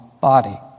body